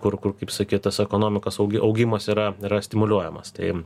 kur kur kaip sakyt tas ekonomikos augimas yra yra stimuliuojamas tai